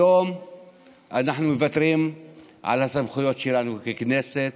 היום אנחנו מוותרים על הסמכויות שלנו ככנסת,